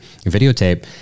videotape